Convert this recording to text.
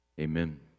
Amen